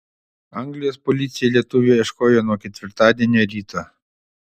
anglijos policija lietuvio ieškojo nuo ketvirtadienio ryto